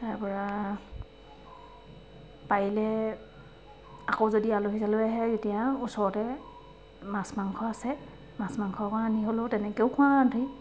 তাৰপৰা পাৰিলে আকৌ যদি আলহী চালহী আহে তেতিয়া ওচৰতে মাছ মাংস আছে মাছ মাংস আনি হ'লেও তেনেকৈও খোৱাওঁ ৰান্ধি